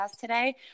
today